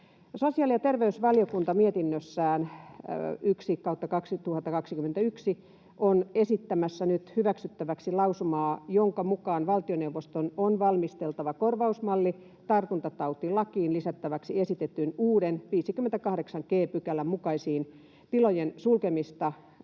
Sosiaali- ja terveysvaliokunta on mietinnössään 1/2021 esittämässä nyt hyväksyttäväksi lausumaa, jonka mukaan valtioneuvoston on valmisteltava korvausmalli tartuntatautilakiin lisättäväksi esitetyn uuden 58 g §:n mukaisesta tilojen sulkemisesta